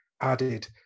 added